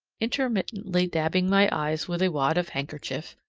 intermittently dabbing my eyes with a wad of handkerchief,